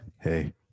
Hey